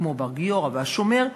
כמו "בר-גיורא" ו"השומר",